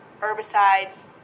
herbicides